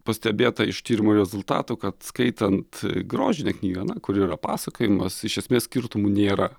pastebėta iš tyrimo rezultatų kad skaitant grožinę knygą na kuri yra pasakojimas iš esmės skirtumų nėra